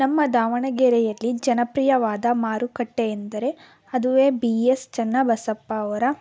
ನಮ್ಮ ದಾವಣಗೆರೆಯಲ್ಲಿ ಜನಪ್ರಿಯವಾದ ಮಾರುಕಟ್ಟೆ ಎಂದರೆ ಅದುವೇ ಬಿ ಎಸ್ ಚೆನ್ನಬಸಪ್ಪ ಅವರ